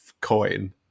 coin